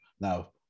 now